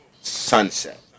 sunset